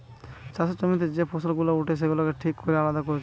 চাষের জমিতে যে ফসল গুলা উঠে সেগুলাকে ঠিক কোরে আলাদা কোরছে